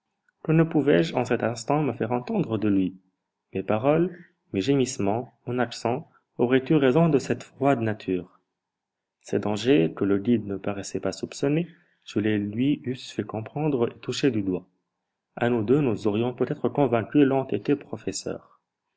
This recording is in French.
que ne pouvais-je en cet instant me faire entendre de lui mes paroles mes gémissements mon accent auraient eu raison de cette froide nature ces dangers que le guide ne paraissait pas soupçonner je les lui eusse fait comprendre et toucher du doigt a nous deux nous aurions peut-être convaincu l'entêté professeur